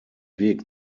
weg